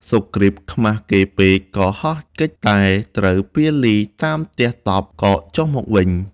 សុគ្រីពខ្មាស គេពេកក៏ហោះគេចតែត្រូវពាលីតាមទះតប់ក៏ចុះមកវិញ។